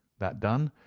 that done,